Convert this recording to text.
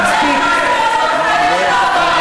ארץ-ישראל לעם ישראל,